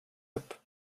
upp